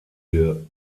der